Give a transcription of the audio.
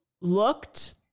looked